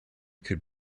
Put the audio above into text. could